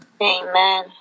Amen